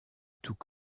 tout